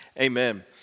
amen